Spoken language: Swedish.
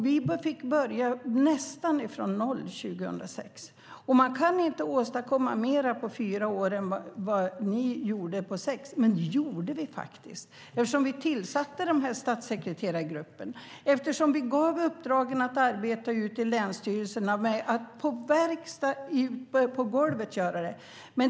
Vi fick börja nästan från noll 2006. Vi kan inte åstadkomma mer på fyra år än vad ni gjorde på sex, men vi gjorde det faktiskt. Vi tillsatte statssekreterargruppen. Vi gav uppdragen till länsstyrelserna att verkställa målen på golvet.